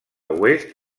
oest